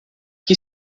que